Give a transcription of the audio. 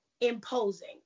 imposing